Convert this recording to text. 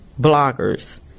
bloggers